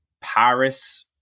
Paris